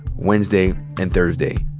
wednesday, and thursday.